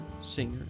singer